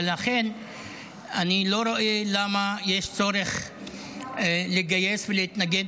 ולכן אני לא רואה למה יש צורך לגייס ולהתנגד